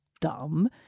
dumb